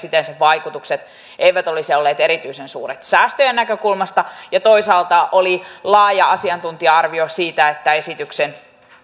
siten sen vaikutukset eivät olisi olleet erityisen suuret säästöjen näkökulmasta toisaalta oli laaja asiantuntija arvio siitä että esityksen